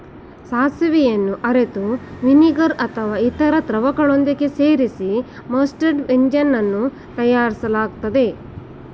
ಸಾಸಿವೆಯನ್ನು ಅರೆದು ವಿನಿಗರ್ ಅಥವಾ ಇತರ ದ್ರವಗಳೊಂದಿಗೆ ಸೇರಿಸಿ ಮಸ್ಟರ್ಡ್ ವ್ಯಂಜನವನ್ನು ತಯಾರಿಸಲಾಗ್ತದೆ